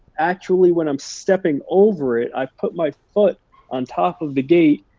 actually, when i'm stepping over it, i put my foot on top of the gate,